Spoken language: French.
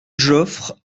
joffre